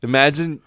Imagine